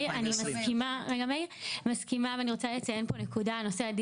אני מסכימה ואני רוצה לציין פה נקודה נוספת,